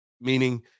meaning